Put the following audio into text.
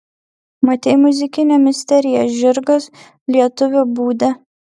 matei muzikinę misteriją žirgas lietuvio būde